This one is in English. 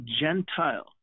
Gentile